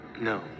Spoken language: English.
No